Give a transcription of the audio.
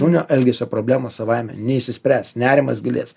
žmonių elgesio problemos savaime neišsispręs nerimas gilės